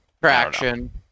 Traction